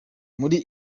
muri